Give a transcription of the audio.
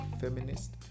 feminist